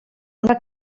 una